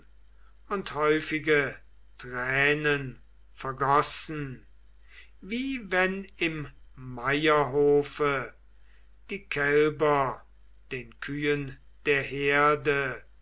und häufige tränen vergossen wie wenn im meierhofe die kälber den kühen der herde